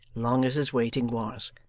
long as his waiting was.